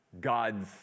God's